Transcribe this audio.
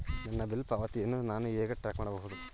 ನನ್ನ ಬಿಲ್ ಪಾವತಿಯನ್ನು ನಾನು ಹೇಗೆ ಟ್ರ್ಯಾಕ್ ಮಾಡಬಹುದು?